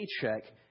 paycheck